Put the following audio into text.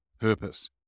purpose